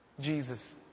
Jesus